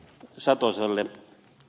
satoselle